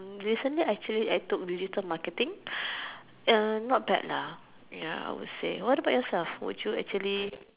recently actually I took digital marketing not bad ya I would say what about yourself would you actually